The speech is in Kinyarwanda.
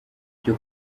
byo